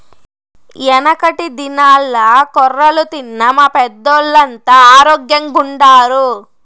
యెనకటి దినాల్ల కొర్రలు తిన్న మా పెద్దోల్లంతా ఆరోగ్గెంగుండారు